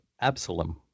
Absalom